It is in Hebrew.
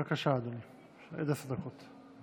בבקשה, עד עשר דקות.